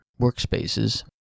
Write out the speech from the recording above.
workspaces